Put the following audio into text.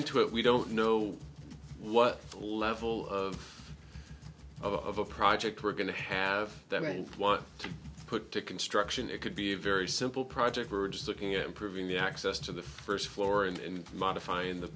into it we don't know what level of of a project we're going to have that i want to put to construction it could be a very simple project we're just looking at improving the access to the first floor and modifyin